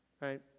right